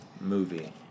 movie